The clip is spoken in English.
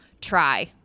try